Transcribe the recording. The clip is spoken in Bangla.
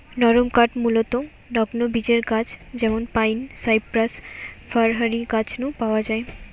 নরমকাঠ মূলতঃ নগ্নবীজের গাছ যেমন পাইন, সাইপ্রাস, ফার হারি গাছ নু পাওয়া যায়